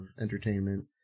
entertainment